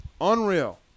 Unreal